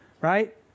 right